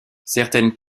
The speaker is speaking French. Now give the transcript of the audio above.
certaines